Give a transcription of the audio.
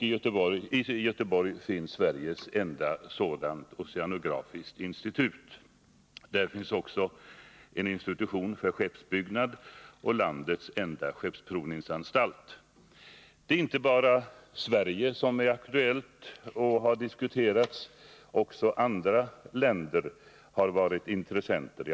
I Göteborg finns Sveriges enda oceanografiska institut. Där finns också en institution för skeppsbyggnad och landets enda skeppsprovningsanstalt. Det är inte bara Sverige som är aktuellt och har diskuterats. Också andra länder har varit intressenter.